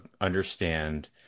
understand